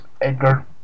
Edgar